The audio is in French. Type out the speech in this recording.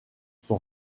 son